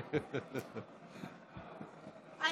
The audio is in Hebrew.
כן,